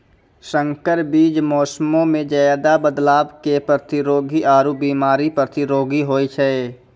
संकर बीज मौसमो मे ज्यादे बदलाव के प्रतिरोधी आरु बिमारी प्रतिरोधी होय छै